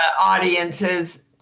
audiences